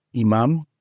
imam